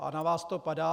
A na vás to padá.